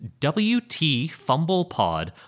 WTFumblePod